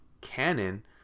canon